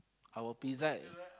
our pizza is